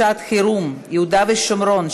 אני קובעת כי הצעת חוק שמירת הניקיון (הוראת שעה)